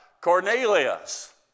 Cornelius